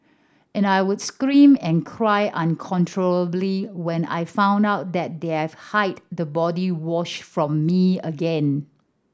and I would scream and cry uncontrollably when I found out that they have hide the body wash from me again